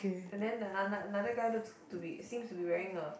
and then the anot~ another guy looks to be seems to be wearing a